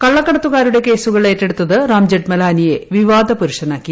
കള്ളക്കടത്തുകാരുടെയും കേസുകൾ ഏറ്റെടുത്ത് റാം ജഠ്മലാനിയെ വിവാദ പുരുഷനാക്കി